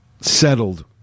settled